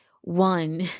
one